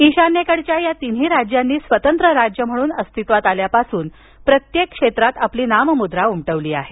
ईशान्येकडील या तिन्ही राज्यांनी स्वतंत्र राज्य म्हणून अस्तित्वात आल्यापासून प्रत्येक क्षेत्रात आपली नाममुद्रा उमटविली आहे